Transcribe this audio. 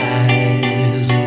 eyes